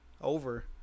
Over